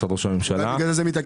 אולי לכן זה מתעכב.